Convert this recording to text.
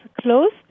closed